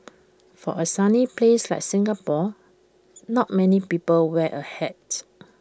for A sunny place like Singapore not many people wear A hat